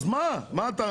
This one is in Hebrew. אז מה?